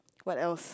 what else